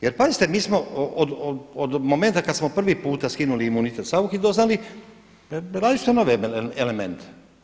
Jer pazite, mi smo od momenta kad smo prvi puta skinuli imunitet Sauchi doznali različite nove elemente.